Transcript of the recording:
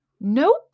Nope